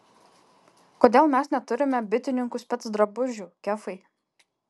kodėl mes neturime bitininkų specdrabužių kefai